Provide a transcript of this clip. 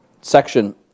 section